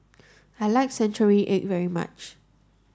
I like century egg very much